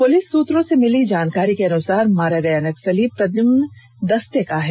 police सूत्रों से मिली जानकारी के अनुसार मारा गया नक्सली प्रद्मन दस्ते का है